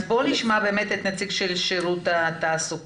אז בואו נשמע את הנציג של שירות התעסוקה,